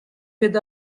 with